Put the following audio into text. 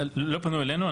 לא פנו אלינו.